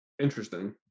Interesting